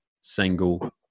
single